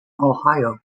ohio